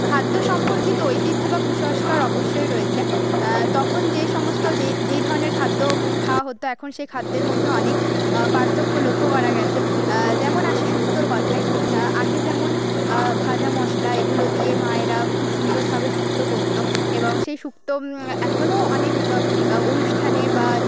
খাদ্য সম্পর্কিত ঐতিহ্য বা কুসংস্কার অবশ্যই রয়েছে আ তখন যেই সমস্ত যেই যেই ধরনের খাদ্য খাওয়া হত এখন সেই খাদ্যের মধ্যে অনেক আ পার্থক্য লক্ষ্য করা গেছে আ যেমন আসি সুক্তোর কথায় আ আগে যেমন ভাজা মশলা এগুলো দিয়ে মায়েরা খুব সুন্দরভাবে সুক্তো করত এবং সেই সুক্তো এখনও অনেক অনুষ্ঠানে বা